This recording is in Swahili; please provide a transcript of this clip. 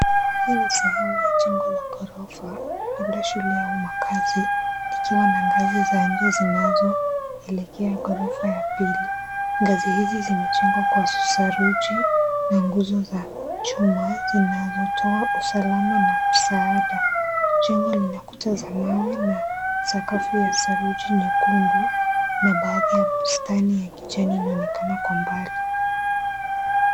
Hii ni sehemu ya jengo la gorofa labda shule au makazi ikiwa na ngazi za nje zinazoelekea gorofa la pili, ngazi hizi zimejengwa kwa saruji na nguzo za chuma zinazotoa usalama na msaada, choo ina kuta za mawe na sakafu ya saruji nyekundu na baadhi ya bustani ya kijani inaonekana kwa mbali.